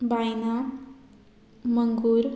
बायना मंगूर